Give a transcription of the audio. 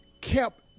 kept